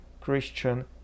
Christian